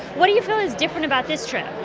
what do you feel is different about this trip?